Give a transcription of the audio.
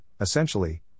Essentially